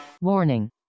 Warning